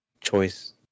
choice